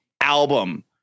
album